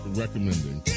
recommending